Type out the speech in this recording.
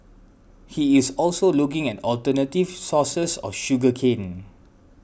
he is also looking at alternative sources of sugar cane